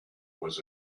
was